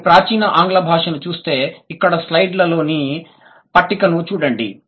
మీరు ప్రాచీన ఆంగ్ల భాషను చూస్తే ఇక్కడ స్లైడ్లలోని పట్టికను చూడండి